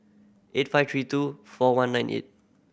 eight five three two four one nine eight